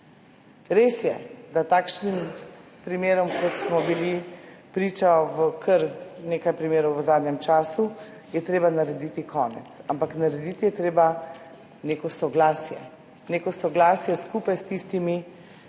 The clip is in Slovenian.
Res je, da takšnim primerom, kot smo bili priča, kar nekaj primerov v zadnjem času, je treba narediti konec. Ampak narediti je treba neko soglasje, neko soglasje skupaj s tistimi,